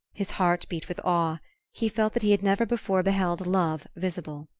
his heart beat with awe he felt that he had never before beheld love visible.